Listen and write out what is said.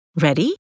Ready